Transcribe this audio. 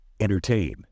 Entertain